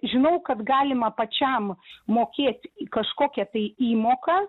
žinau kad galima pačiam mokėti kažkokią tai įmoką